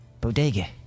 Bodega